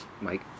Mike